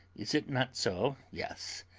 is it not so? yes!